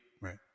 right